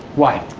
why?